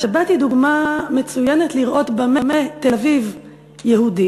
השבת היא דוגמה מצוינת לראות במה תל-אביב יהודית,